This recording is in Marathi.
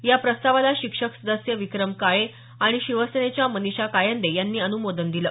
या प्रस्तावाला शिक्षक सदस्य विक्रम काळे आणि शिवसेनेच्या मनीषा कायंदे यांनी अनुमोदन दिलं